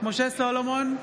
משה סולומון,